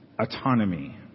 autonomy